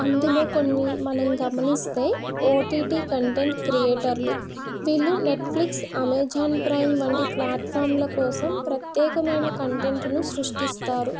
అందులో కొన్ని మనం గమనిస్తే ఓటీటి కంటెంట్ క్రియేటర్లు వీళ్ళు నెట్ఫ్లిక్ అమెజాన్ ప్రైమ్ వంటి ప్లాట్ఫామ్ల కోసం ప్రత్యేకమైన కంటెంట్ను సృష్టిస్తారు